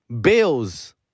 bills